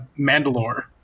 Mandalore